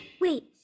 Wait